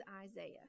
Isaiah